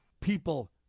people